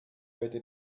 heute